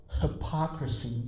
hypocrisy